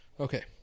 Okay